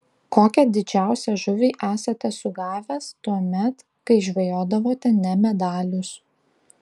kokią didžiausią žuvį esate sugavęs tuomet kai žvejodavote ne medalius